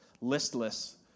listless